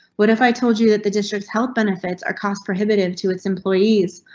what if i told you that the district health benefits are cost prohibitive to its employees,